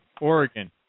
Oregon